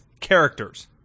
Characters